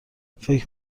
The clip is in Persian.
فکر